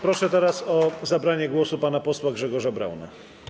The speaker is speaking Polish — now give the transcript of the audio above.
Proszę teraz o zabranie głosu pana posła Grzegorza Brauna.